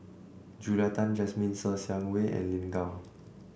Julia Tan Jasmine Ser Xiang Wei and Lin Gao